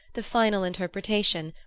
the final interpretation,